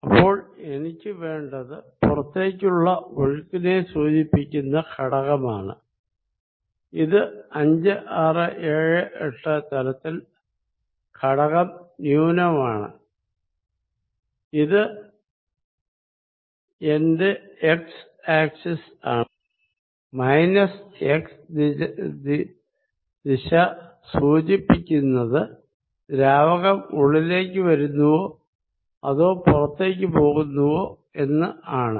അപ്പോൾ എനിക്ക് വേണ്ടത് പുറത്തേക്ക് ഉള്ള ഒഴുക്കിനെ സൂചിപ്പിക്കുന്ന ഘടകമാണ് അത് 5678 ൽ ഈ ഘടകം മൈനസ് എക്സ് ദിശയിൽ ആണ് മൈനസ് x ദിശ സൂചിപ്പിക്കുന്നത് ദ്രാവകം ഉള്ളിലേക്ക് വരുന്നുവോ അതോ പുറത്തേക്ക് പോകുന്നുവോ എന്ന് ആണ്